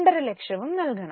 5 ലക്ഷവും നൽകണം